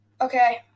Okay